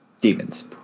Demons